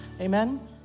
Amen